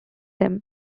him